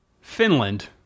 Finland